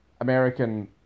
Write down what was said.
American